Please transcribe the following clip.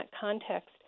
context